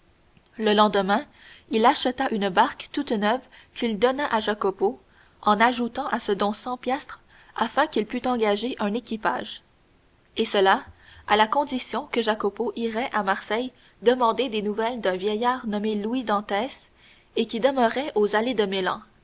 le lendemain il acheta une barque toute neuve qu'il donna à jacopo en ajoutant à ce don cent piastres afin qu'il pût engager un équipage et cela à la condition que jacopo irait à marseille demander des nouvelles d'un vieillard nommé louis dantès et qui demeurait aux allées de